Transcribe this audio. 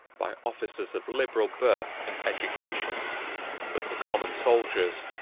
by officers of liberal birth and education but the common soldiers,